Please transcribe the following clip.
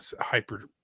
hyper